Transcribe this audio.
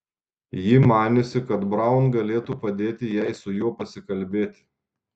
ji maniusi kad braun galėtų padėti jai su juo pasikalbėti